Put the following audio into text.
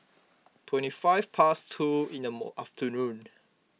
twenty five past two in the afternoon